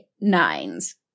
nines